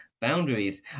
boundaries